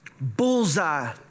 Bullseye